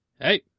Hey